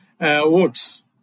votes